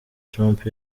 trump